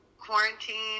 quarantine